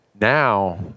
now